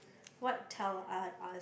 what tell I a~